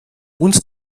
und